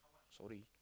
sorry